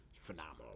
Phenomenal